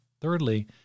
Thirdly